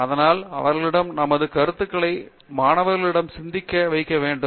அதனால் அவர்களிடம் நமது கருத்துக்களை மாணவர்களிடம் சிந்திக்க வைக்க வேண்டும்